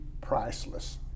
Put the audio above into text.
priceless